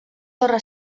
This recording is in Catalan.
torre